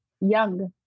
young